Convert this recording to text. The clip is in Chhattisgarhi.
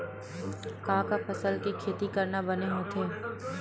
का का फसल के खेती करना बने होथे?